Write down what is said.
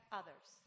others